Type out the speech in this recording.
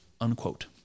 Unquote